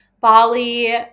bali